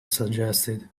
suggested